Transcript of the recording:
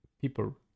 people